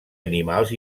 animals